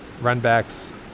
Runbacks